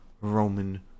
Roman